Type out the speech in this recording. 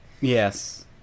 Yes